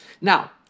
Now